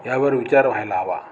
यावर विचार व्हायला हवा